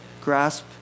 grasp